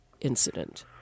incident